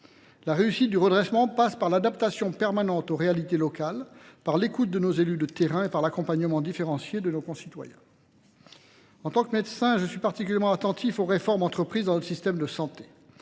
La réussite du redressement passe par l'adaptation permanente aux réalités locales, par l'écoute de nos élus de terrain et par l'accompagnement différencier de nos concitoyens. En tant que médecin, je suis particulièrement attentif aux réformes entreprises dans notre système de santé.